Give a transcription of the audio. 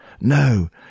No